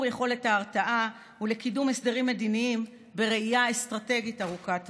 יכולת ההרתעה ולקידום הסדרים מדיניים בראייה אסטרטגית ארוכת טווח.